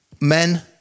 men